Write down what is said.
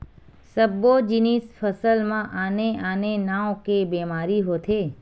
सब्बो जिनिस फसल म आने आने नाव के बेमारी होथे